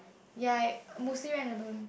ya I mostly went alone